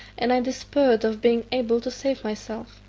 and i despaired of being able to save myself,